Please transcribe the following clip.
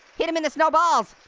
hit him in the snow balls.